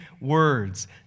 words